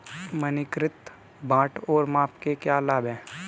मानकीकृत बाट और माप के क्या लाभ हैं?